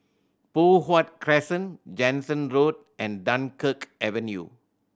Poh Huat Crescent Jansen Road and Dunkirk Avenue